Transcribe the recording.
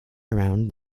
around